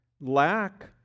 lack